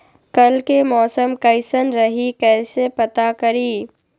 कल के मौसम कैसन रही कई से पता करी?